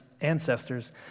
ancestors